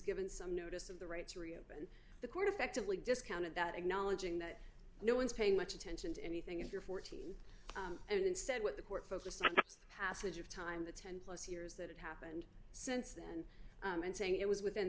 given some notice of the right to reopen the court effectively discounted that acknowledging that no one's paying much attention to anything if you're fourteen and instead what the court focused on the passage of time the ten plus years that had happened since then and saying it was within